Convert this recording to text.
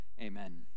Amen